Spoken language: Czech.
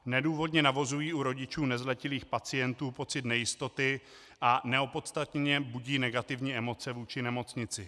Nedůvodně navozují u rodičů nezletilých pacientů pocit nejistoty a neopodstatněně budí negativní emoce vůči nemocnici.